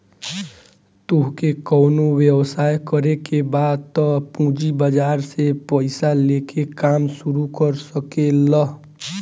तोहके कवनो व्यवसाय करे के बा तअ पूंजी बाजार से पईसा लेके काम शुरू कर सकेलअ